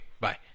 bye